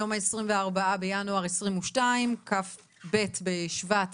היום ה-24 בינואר 2022, כ"ב בשבט